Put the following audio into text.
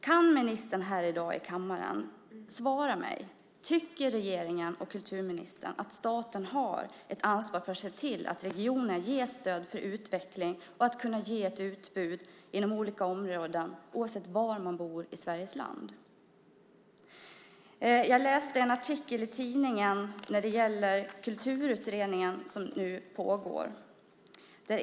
Kan ministern här i dag i kammaren ge mig ett svar? Tycker kulturministern att staten har ett ansvar för att se till att regionerna ges stöd för utveckling och för att kunna ha ett utbud inom olika områden oavsett var människor bor i Sveriges land? Jag läste en artikel i tidningen om Kulturutredningen som nu pågår.